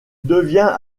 devient